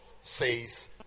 says